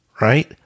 right